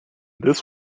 this